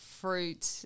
fruit